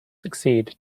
succeed